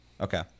Okay